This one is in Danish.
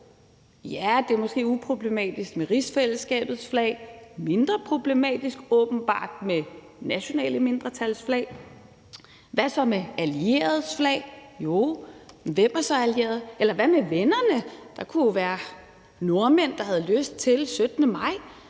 Ja, det er måske uproblematisk med rigsfællesskabets flag og mindre problematisk, åbenbart, med nationale mindretals flag. Hvad så med allieredes flag? Jo, men hvem er så allierede? Eller hvad med vennerne? Der kunne jo være nordmænd, der den 17. maj